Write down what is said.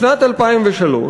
בשנת 2003,